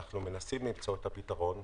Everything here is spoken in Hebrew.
אנחנו מנסים למצוא את הפתרון,